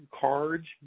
Cards